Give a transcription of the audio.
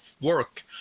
work